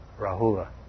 Rahula